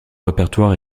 répertoire